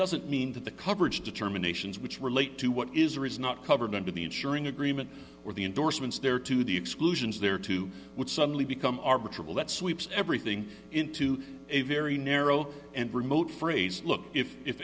doesn't mean that the coverage determinations which relate to what is or is not covered under the insuring agreement or the endorsements there to the exclusions there too would suddenly become arbitrary that sweeps everything into a very narrow and remote phrase look if if